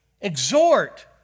exhort